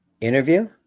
Interview